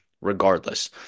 regardless